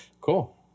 cool